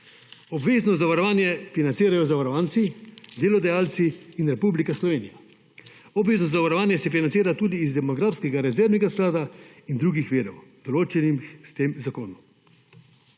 »Obvezno zavarovanje financirajo zavarovanci, delodajalci in Republika Slovenija. Obvezno zavarovanje se financira tudi iz demografskega rezervnega sklada in drugih virov, določenih s tem zakonom.«